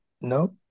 No